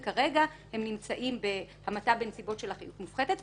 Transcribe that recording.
וכרגע הן נמצאות בהמתה בנסיבות של אחריות מופחתת.